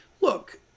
look